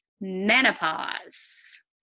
menopause